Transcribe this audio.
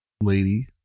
lady